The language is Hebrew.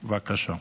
בבקשה.